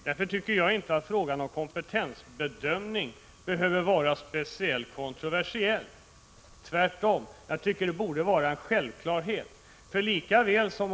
Därför tycker jag inte att frågan om kompetensbedömning behöver vara speciellt kontroversiell. Tvärtom borde kompetensbedömning vara en självklarhet.